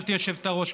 גברתי היושבת-ראש,